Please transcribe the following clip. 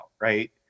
Right